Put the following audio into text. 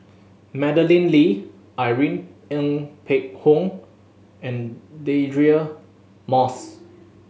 Madeleine Lee Irene Ng Phek Hoong and Deirdre Moss